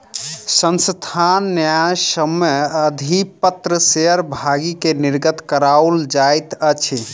संस्थान न्यायसम्य अधिपत्र शेयर भागी के निर्गत कराओल जाइत अछि